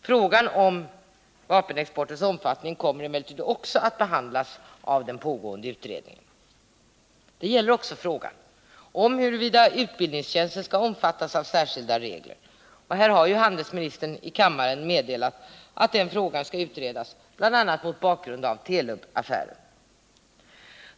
Frågan om vapenexportens omfattning kommer emellertid också att behandlas av den pågående utredningen. Detta gäller också frågan om huruvida utbildningstjänster skall omfattas av särskilda regler. Handelsministern har här i kammaren meddelat att den frågan skall utredas, bl.a. mot bakgrund av Telubaffären.